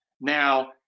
Now